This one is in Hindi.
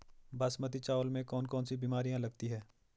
बासमती चावल में कौन कौन सी बीमारियां लगती हैं?